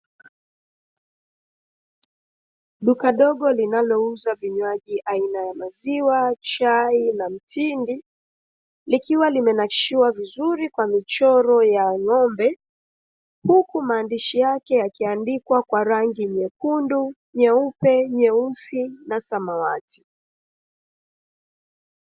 Duka dogo linalouza vinywaji aina ya maziwa, chai, na mtindi; likiwa limenakishiwa vizuri kwa michoro ya ng'ombe; huku maandishi yake yakiandikwa kwa rangi nyekundu, nyeupe, nyeusi na samawati.